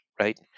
right